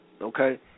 okay